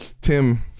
tim